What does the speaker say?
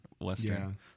western